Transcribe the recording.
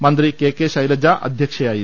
മന്ത്രി K K Shailaja അധ്യക്ഷയായിരുന്നു